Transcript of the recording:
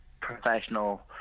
professional